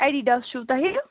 Adidas چھُو تۄہہِ